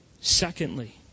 Secondly